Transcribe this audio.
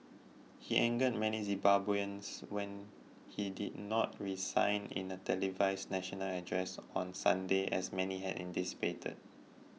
he angered many Zimbabweans when he did not resign in a televised national address on Sunday as many had anticipated